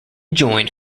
joined